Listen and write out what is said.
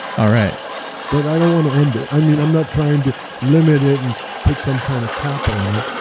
all right but i don't want to end it, i mean, i'm not trying to limit it and put some kind of cap on it.